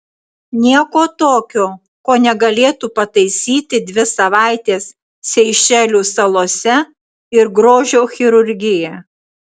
nieko tokio ko negalėtų pataisyti dvi savaitės seišelių salose ir grožio chirurgija